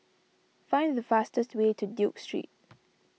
find the fastest way to Duke Street